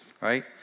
Right